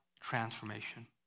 transformation